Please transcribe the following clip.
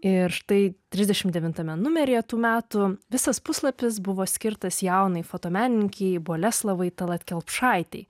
ir štai trisdešimt devintame numeryje tų metų visas puslapis buvo skirtas jaunai fotomenininkei boleslovai tallat kelpšaitei